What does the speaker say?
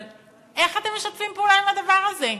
אבל איך אתם משתפים פעולה עם הדבר הזה?